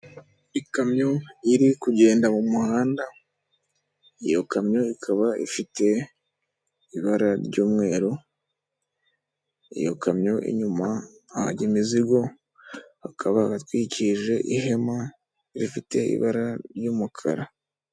Ikamyo iri kugenda mu muhanda, iyo kamyo ikaba ifite ibara ry'umweru, iyo kamyo inyuma ahajya imizigo hakaba hatwikirije ihema rifite ibara ry'umukara.